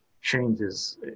changes